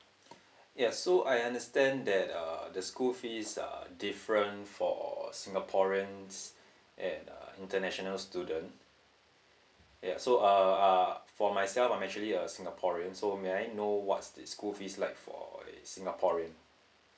yes so I understand that uh the school fees uh different for singaporean and uh international student ya so uh uh for myself I'm actually a singaporean so may I know what's the school fees like for uh singaporean